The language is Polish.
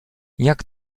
jak